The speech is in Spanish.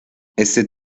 este